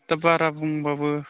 दा बारा बुंब्लाबो